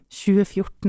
2014